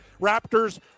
Raptors